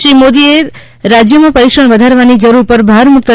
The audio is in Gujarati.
શ્રી મોદીએ રાજ્યોમાં પરીક્ષણ વધારવાની જરૂર પર ભાર મૂક્યો